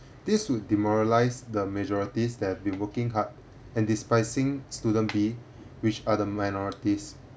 this would demoralise the majorities that been working hard and despising student B which are the minorities